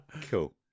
cool